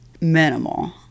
minimal